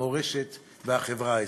המורשת והחברה הישראלית.